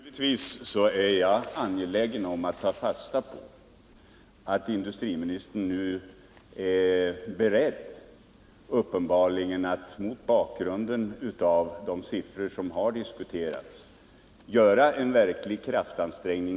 Fru talman! Naturligtvis är jag angelägen om att ta fasta på att industriministern nu uppenbarligen är beredd att möta de siffror när det gäller förlorade arbetstillfällen som har diskuterats med en verklig kraftansträngning.